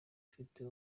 afite